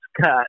cut